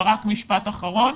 משפט אחרון.